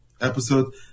episode